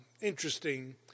interesting